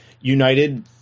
United